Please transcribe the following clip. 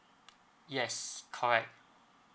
yes correct